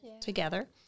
together